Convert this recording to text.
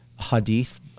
Hadith